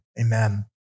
Amen